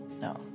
No